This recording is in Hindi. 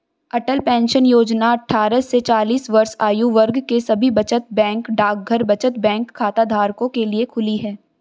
अटल पेंशन योजना अट्ठारह से चालीस वर्ष आयु वर्ग के सभी बचत बैंक डाकघर बचत बैंक खाताधारकों के लिए खुली है